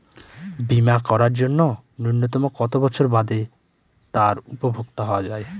বীমা করার জন্য ন্যুনতম কত বছর বাদে তার উপভোক্তা হওয়া য়ায়?